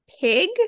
Pig